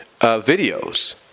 videos